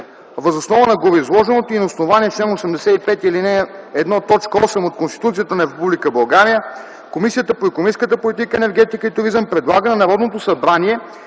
Въз основа на гореизложеното и на основание чл. 85, ал. 1, т. 8 от Конституцията на Република България, Комисията по икономическата политика, енергетика и туризъм предлага на Народното събрание